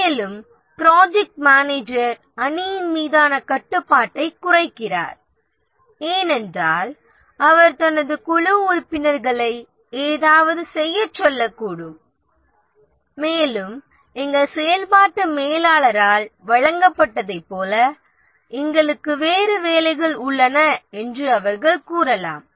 மேலும் project manager அணியின் மீதான கட்டுப்பாட்டைக் குறைக்கிறார் ஏனென்றால் அவர் தனது குழு உறுப்பினர்களை ஏதாவது செய்யச் சொல்லக்கூடும் மேலும் எங்கள் செயல்பாட்டு மேலாளரால் வழங்கப்பட்டதைப் போல எங்களுக்கு வேறு வேலைகள் உள்ளன என்று அவர்கள் கூறலாம்